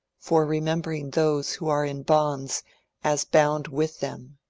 for remembering those who are in bonds as bound with them.